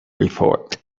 report